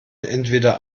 entweder